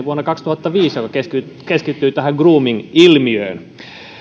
vuonna kaksituhattaviisi lakialoitteen joka keskittyi keskittyi tähän grooming ilmiöön